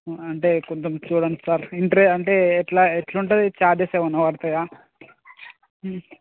అంటే కొంచెం చూడండి సార్ ఇంటర్ అంటే ఎట్లా ఎట్లా ఉంటుంది ఛార్జెస్ ఏమైనా పడతాయా